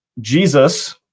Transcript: Jesus